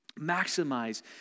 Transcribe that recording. maximize